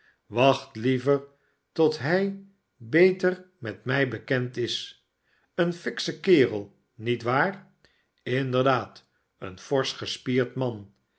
wacht liever totdat hij beter met mij bekend is een nksche kerel niet waar inderdaaci een forsch gespierd man